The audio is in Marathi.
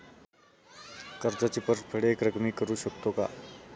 कर्जाची परतफेड एकरकमी करू शकतो का?